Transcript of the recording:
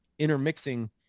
intermixing